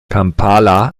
kampala